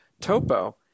Topo